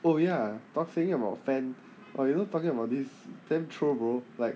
oh ya talk saying about fan are you all talking about this damn troll bro like